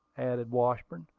added washburn.